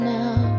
now